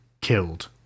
killed